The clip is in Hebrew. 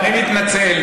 אני מתנצל